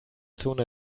zone